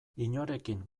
inorekin